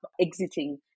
exiting